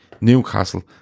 Newcastle